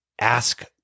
ask